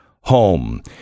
home